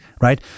right